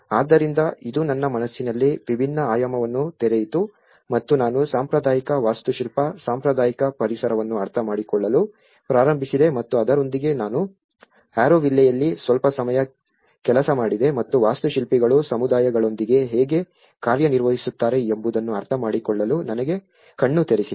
ಆದ್ದರಿಂದ ಇದು ನನ್ನ ಮನಸ್ಸಿನಲ್ಲಿ ವಿಭಿನ್ನ ಆಯಾಮವನ್ನು ತೆರೆಯಿತು ಮತ್ತು ನಾನು ಸಾಂಪ್ರದಾಯಿಕ ವಾಸ್ತುಶಿಲ್ಪ ಸಾಂಪ್ರದಾಯಿಕ ಪರಿಸರವನ್ನು ಅರ್ಥಮಾಡಿಕೊಳ್ಳಲು ಪ್ರಾರಂಭಿಸಿದೆ ಮತ್ತು ಅದರೊಂದಿಗೆ ನಾನು ಆರೋವಿಲ್ಲೆಯಲ್ಲಿ ಸ್ವಲ್ಪ ಸಮಯ ಕೆಲಸ ಮಾಡಿದೆ ಮತ್ತು ವಾಸ್ತುಶಿಲ್ಪಿಗಳು ಸಮುದಾಯಗಳೊಂದಿಗೆ ಹೇಗೆ ಕಾರ್ಯನಿರ್ವಹಿಸುತ್ತಾರೆ ಎಂಬುದನ್ನು ಅರ್ಥಮಾಡಿಕೊಳ್ಳಲು ನನಗೆ ಕಣ್ಣು ತೆರೆಸಿದೆ